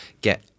get